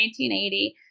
1980